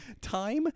Time